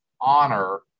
honor